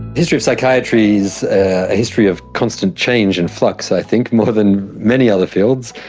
history of psychiatry is a history of constant change and flux i think, more than many other fields,